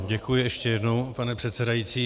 Děkuji ještě jednou, pane předsedající.